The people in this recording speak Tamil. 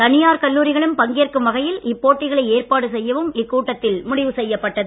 தனியார் கல்லூரிகளும் பங்கேற்கும் வகையில் இப்போட்டிகளை செய்யவும் இக்கூட்டத்தில் ஏற்பாடு முடிவு செய்யப்பட்டது